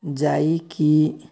ଯାଇକି